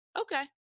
okay